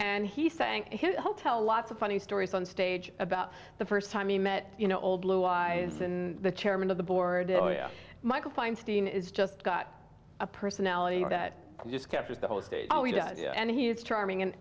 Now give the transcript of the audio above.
and he sang his hotel lots of funny stories on stage about the first time he met you know old blue eyes and the chairman of the board michael feinstein is just got a personality that just captures the whole state and he is charming and